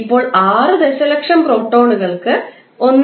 ഇപ്പോൾ 6 ദശലക്ഷം പ്രോട്ടോണുകൾക്ക് 1